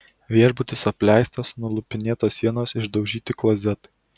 viešbutis apleistas nulupinėtos sienos išdaužyti klozetai